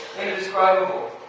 indescribable